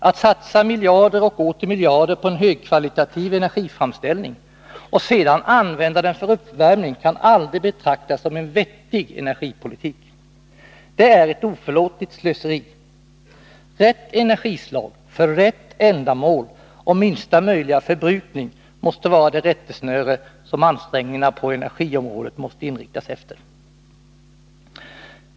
Att satsa miljarder och åter miljarder på en högkvalitativ energiframställning och sedan använda den för uppvärmning kan aldrig betraktas som en vettig energipolitik. Det är ett oförlåtligt slöseri. Rätt energislag för rätt ändamål och minsta möjliga förbrukning måste vara rättesnöret för ansträngningarna på energiområdet.